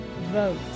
vote